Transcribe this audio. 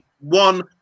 one